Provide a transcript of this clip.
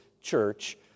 church